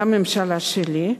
גם הממשלה שלי,